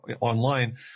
online